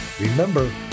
Remember